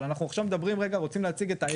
אבל אנחנו עכשיו מדברים ורוצים להציג את האיך.